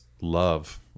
love